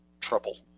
trouble